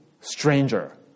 stranger